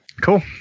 Cool